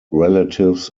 relatives